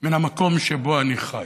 מן המקום שבו אני חי.